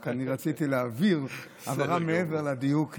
רק אני רציתי להבהיר הבהרה מעבר לדיוק בלשון.